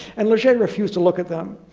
and leger refused to look at them.